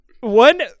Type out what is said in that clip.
one